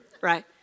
right